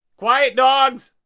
quiet dogs